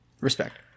Respect